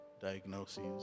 diagnoses